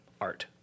art